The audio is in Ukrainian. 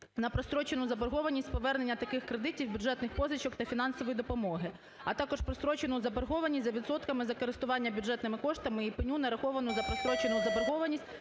на прострочену заборгованість повернення таких кредитів, бюджетних позичок та фінансової допомоги, а також прострочену заборгованість за відсотками за користування бюджетними коштами і пеню, нараховану за прострочену заборгованість